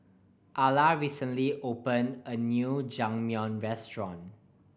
Alla recently opened a new Jajangmyeon Restaurant